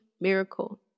miracle